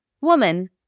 woman